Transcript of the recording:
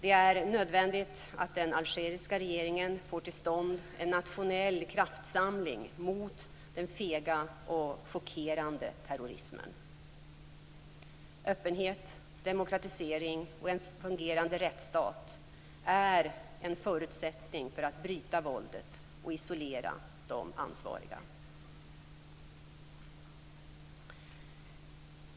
Det är nödvändigt att den algeriska regeringen får till stånd en nationell kraftsamling mot den fega och chockerande terrorismen. Öppenhet, demokratisering och en fungerande rättsstat är en förutsättning för att bryta våldet och isolera de ansvariga.